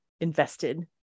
invested